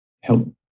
help